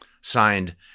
Signed